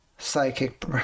Psychic